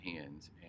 hands